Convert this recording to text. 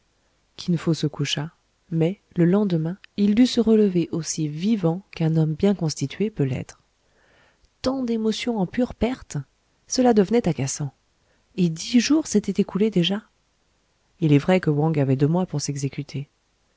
kin fo se coucha mais le lendemain il dut se relever aussi vivant qu'un homme bien constitué peut l'être tant d'émotions en pure perte cela devenait agaçant et dix jours s'étaient écoulés déjà il est vrai que wang avait deux mois pour s'exécuter